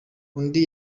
undi